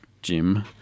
Jim